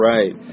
Right